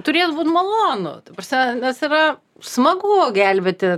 turėtų būt malonu ta prasme nes yra smagu gelbėti